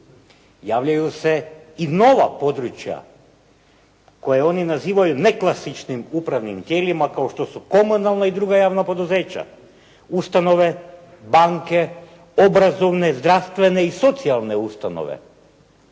Javljaju se i nova područja koja oni nazivaju ne klasičnim upravnim tijelima kao što su komunalna i druga javna poduzeća, ustanove, banke, obrazovne, zdravstvene i socijalne ustanove.